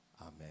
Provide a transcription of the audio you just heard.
Amen